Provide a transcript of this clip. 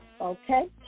Okay